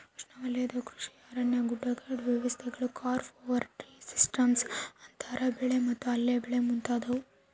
ಉಷ್ಣವಲಯದ ಕೃಷಿ ಅರಣ್ಯ ಗುಡ್ಡಗಾಡು ವ್ಯವಸ್ಥೆಗಳು ಕ್ರಾಪ್ ಓವರ್ ಟ್ರೀ ಸಿಸ್ಟಮ್ಸ್ ಅಂತರ ಬೆಳೆ ಮತ್ತು ಅಲ್ಲೆ ಬೆಳೆ ಮುಂತಾದವು